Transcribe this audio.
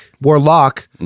warlock